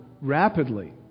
rapidly